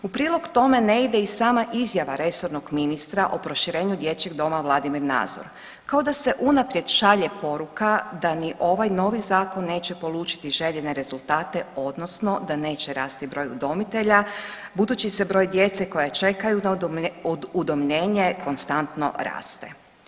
U prilog tome ne ide i sama izjava resornog ministra o proširenju Dječjeg doma Vladimir Nazor, kao da se unaprijed šalje poruka da ni ovaj novi zakon neće polučiti željene rezultate, odnosno da neće rasti broj udomitelja budući se broj djece koja čekaju na udomljenje konstantno raste.